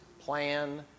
plan